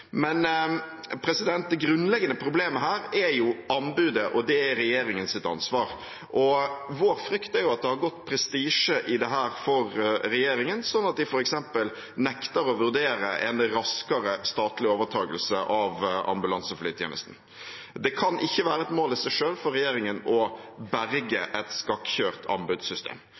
Men det grunnleggende problemet her er anbudet, og det er regjeringens ansvar. Vår frykt er at det har gått prestisje i dette for regjeringen, sånn at de f.eks. nekter å vurdere en raskere statlig overtakelse av ambulanseflytjenesten. Det kan ikke være et mål i seg selv for regjeringen å berge et